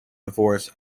divorce